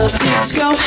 disco